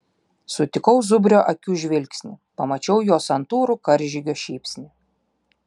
sutikau zubrio akių žvilgsnį pamačiau jo santūrų karžygio šypsnį